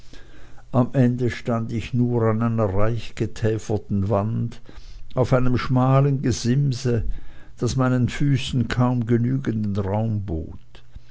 am ende stand ich nur an einer reichgetäferten wand auf einem schmalen gesimse das meinen füßen kaum genügenden raum bot